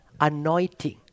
Anointing